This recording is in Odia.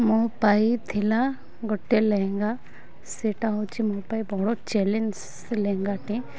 ମୋ ପାଇଥିଲା ଗୋଟେ ଲେହେଙ୍ଗା ସେଇଟା ହେଉଛି ମୋ ପାଇଁ ବଡ଼ ଚ୍ୟାଲେଞ୍ଜ୍ ସେ ଲେହେଙ୍ଗାଟି